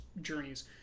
journeys